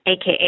AKA